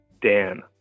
Dan